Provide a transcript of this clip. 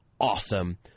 awesome